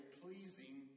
pleasing